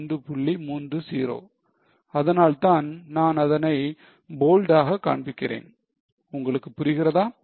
30 அதனால்தான் நான் அதனை bold ஆக காண்பிக்கிறேன் உங்களுக்கு புரிகிறதா